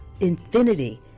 infinity